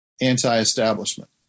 anti-establishment